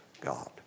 God